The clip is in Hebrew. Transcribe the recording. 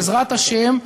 בעזרת השם,